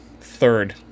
third